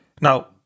Now